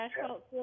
asphalt